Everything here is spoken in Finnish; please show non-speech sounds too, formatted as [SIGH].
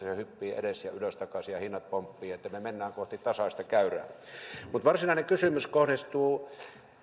[UNINTELLIGIBLE] se hyppii ylös ja edestakaisin ja hinnat pomppivat me menemme kohti tasaista käyrää mutta varsinainen kysymys kohdistuu